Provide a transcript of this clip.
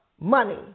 money